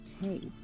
taste